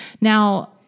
Now